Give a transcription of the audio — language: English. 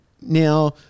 Now